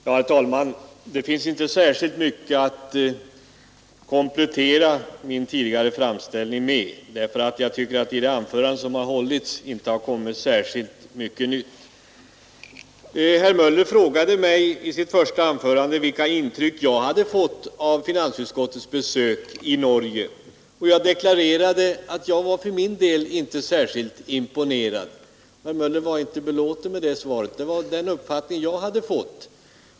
Herr talman! Det finns inte särskilt mycket att komplettera min tidigare framställning med, eftersom det i de anföranden som hållits inte har kommit fram så särdeles mycket nytt. Herr Möller i Göteborg frågade mig i sitt första anförande vilka intryck jag hade fått vid finansutskottets besök i Norge, och jag deklarerade att jag för min del inte var särskilt imponerad. Herr Möller var inte belåten med det svaret, men det var den uppfattning jag har fått.